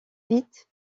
vite